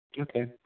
Okay